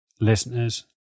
listeners